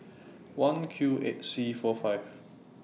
one Q eight C four five